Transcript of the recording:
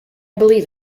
believe